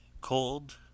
cold